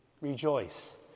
Rejoice